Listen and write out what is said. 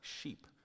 sheep